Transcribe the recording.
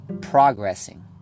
progressing